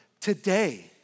today